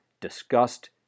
disgust